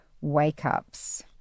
wake-ups